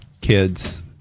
kids